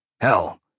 Hell